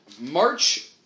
March